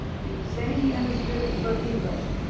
you say he understood and spoke english?